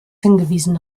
hingewiesen